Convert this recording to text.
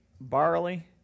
barley